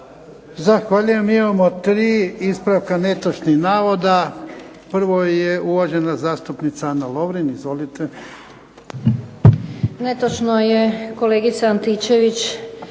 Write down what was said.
Zahvaljujem. Imamo 3 ispravka netočnih navoda. Prvo je uvažena zastupnica Ana Lovrin. Izvolite. **Lovrin, Ana (HDZ)** Netočno je kolegica Antičević